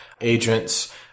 Agents